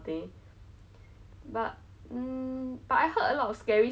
and then they actually like enjoyed theirselves themselves so much like